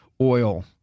oil